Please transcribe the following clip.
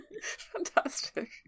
Fantastic